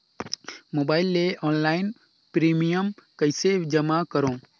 Mobile ले online premium कइसे जमा करों?